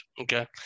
okay